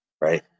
Right